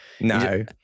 No